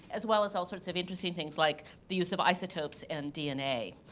as well as all sorts of interesting things like the use of isotopes and dna.